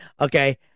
okay